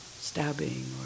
stabbing